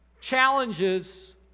challenges